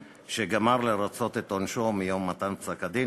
שגמר לרצות את עונשו או מיום מתן פסק-הדין,